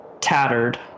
Tattered